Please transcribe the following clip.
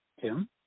Tim